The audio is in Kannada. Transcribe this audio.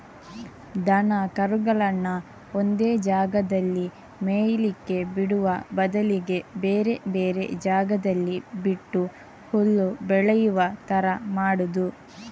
ದನ ಕರುಗಳನ್ನ ಒಂದೇ ಜಾಗದಲ್ಲಿ ಮೇಯ್ಲಿಕ್ಕೆ ಬಿಡುವ ಬದಲಿಗೆ ಬೇರೆ ಬೇರೆ ಜಾಗದಲ್ಲಿ ಬಿಟ್ಟು ಹುಲ್ಲು ಬೆಳೆಯುವ ತರ ಮಾಡುದು